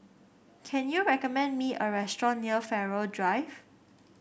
can you recommend me a restaurant near Farrer Drive